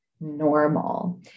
normal